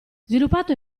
sviluppato